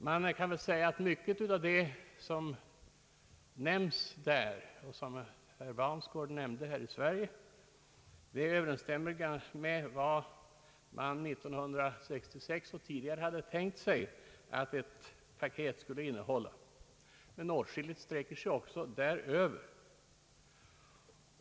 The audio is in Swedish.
Man kan väl säga att mycket av det som där redovisas och som herr Baunsgaard nämnde vid besöket här överensstämmer med vad man 1966 och tidigare hade tänkt sig att ett paket skulle innehålla; men åtskilligt sträcker sig också däröver.